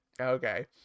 Okay